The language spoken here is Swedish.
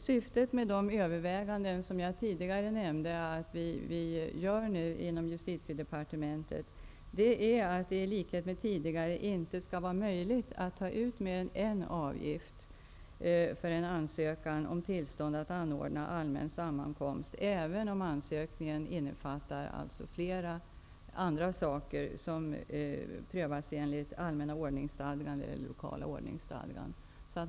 Syftet med de överväganden som jag tidigare nämnde att vi i Justitidepartementet gör är att det i likhet med vad som gällt tidigare inte skall vara möjligt att ta ut mer än en avgift för en ansökan om tillstånd att anordna allmän sammankomst, även om ansökningen alltså innefattar andra saker som prövas enligt allmänna ordningsstadgan eller lokala ordningsstadgan.